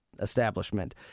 establishment